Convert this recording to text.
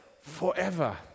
forever